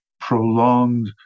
prolonged